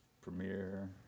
Premiere